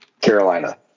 Carolina